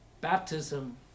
Baptism